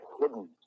hidden